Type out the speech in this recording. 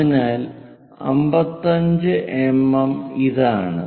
അതിനാൽ 55 എംഎം ഇതാണ്